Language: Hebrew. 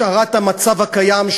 השארת המצב הקיים,